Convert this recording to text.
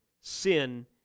sin